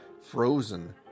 frozen